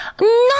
no